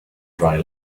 dry